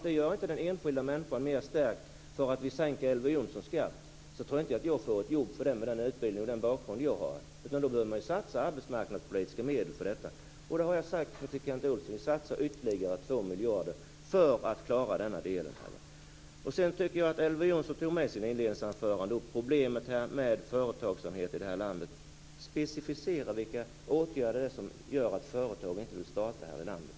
Det gör inte den enskilda människan mer stärkt att vi sänker Elver Jonssons skatt. Jag tror inte att jag får ett jobb av det skälet, med den utbildning och den bakgrund som jag har. Man behöver satsa arbetsmarknadspolitiska medel på detta. Jag har sagt till Kent Olsson att vi satsar ytterligare 2 miljarder för att klara denna del. Elver Jonsson tog i sitt inledningsanförande upp problemet med företagsamhet i landet. Specificera vilka åtgärder det är som gör att företag inte vill starta här i landet!